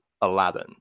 aladdin